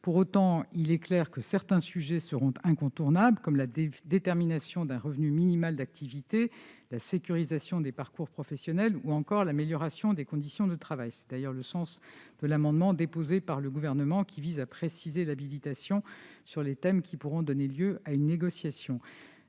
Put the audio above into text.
concertations. Il est clair que certains sujets seront incontournables, comme la détermination d'un revenu minimal d'activité, la sécurisation des parcours professionnels ou encore l'amélioration des conditions de travail. C'est d'ailleurs le sens de l'amendement n° 17 déposé par le Gouvernement, qui vise à préciser l'habilitation sur les thèmes qui pourront donner lieu à une négociation.